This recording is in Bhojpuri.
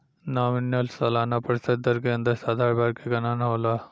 नॉमिनल सालाना प्रतिशत दर के अंदर साधारण ब्याज के गनना होला